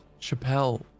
Chappelle